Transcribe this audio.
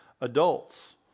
Adults